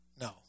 No